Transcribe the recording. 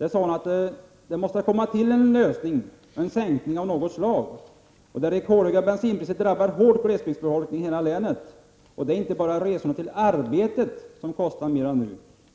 där, att det måste komma till en lösning, en sänkning av något slag. Det rekordhöga bensinpriset drabbar glesbygdsbefolkningen hårt i hela länet. Det är inte bara resorna till arbetet som kostar mer nu.